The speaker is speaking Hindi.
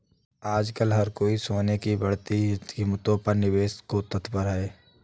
आजकल हर कोई सोने की बढ़ती कीमतों पर निवेश को तत्पर है